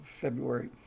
February